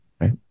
right